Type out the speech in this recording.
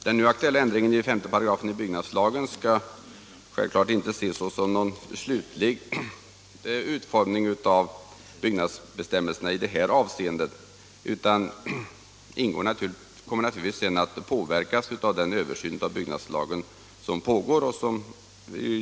Den nu aktuella ändringen i 5 § i byggnadslagen skall självfallet inte ses som någon slutlig utformning av byggnadslagen i det här avseendet, utan den kommer naturligtvis sedan att påverkas av den översyn av byggnadslagen som pågår.